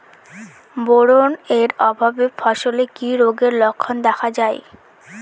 Boron এর অভাবে ফসলে কি রোগের লক্ষণ দেখা যায়?